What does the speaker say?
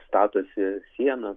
statosi sienas